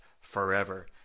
forever